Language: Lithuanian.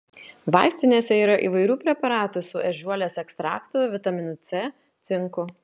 vaistinėse yra įvairių preparatų su ežiuolės ekstraktu vitaminu c cinku